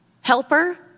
helper